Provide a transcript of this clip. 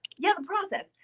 yeah, the process.